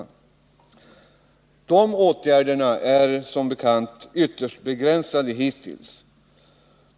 Som bekant är de åtgärderna hittills ytterst begränsade.